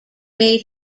made